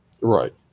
Right